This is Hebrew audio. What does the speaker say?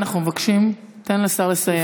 אנחנו מבקשים: תן לשר לסיים.